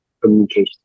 communication